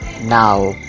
now